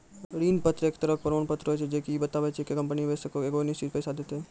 ऋण पत्र एक तरहो के प्रमाण पत्र होय छै जे की इ बताबै छै कि कंपनी निवेशको के एगो निश्चित पैसा देतै